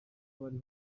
bari